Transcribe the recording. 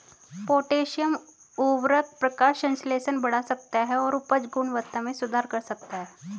potassium उवर्रक प्रकाश संश्लेषण बढ़ा सकता है और उपज गुणवत्ता में सुधार कर सकता है